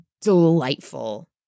delightful